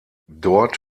dort